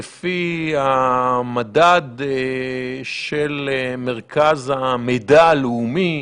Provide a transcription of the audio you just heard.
לפי המדד של מרכז המידע הלאומי,